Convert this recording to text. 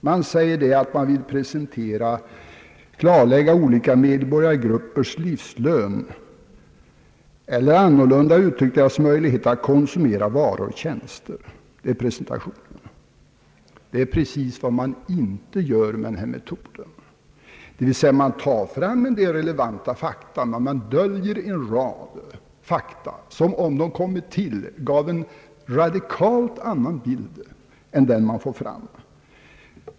I broschyren sägs att man vill »klarlägga olika medborgargruppers livslön eller, annorlunda uttryckt, deras möjlighet att konsumera varor och tjänster», Det är presentationen. Men det är precis vad man inte gör med denna metod. Man tar visserligen fram en del relevanta fakta, men man döljer en rad fakta som om de kom till gav en radikalt annan bild än den som man nu får fram.